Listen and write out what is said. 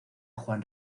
juan